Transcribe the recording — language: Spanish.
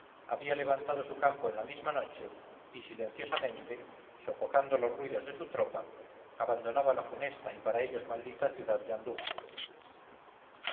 había levantado su campo en la misma noche y silenciosamente sofocando los ruidos de su tropa abandonaba la funesta y para ellos maldita ciudad de andújar